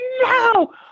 no